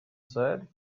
said